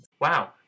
Wow